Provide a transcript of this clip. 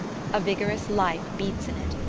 a vigorous life beats in it,